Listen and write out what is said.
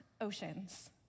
Oceans